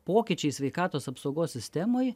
pokyčiai sveikatos apsaugos sistemoj